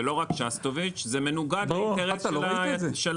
זה לא רק שסטוביץ, זה מנוגד לאינטרס לייבואן.